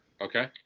Okay